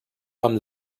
amb